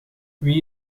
wie